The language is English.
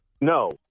No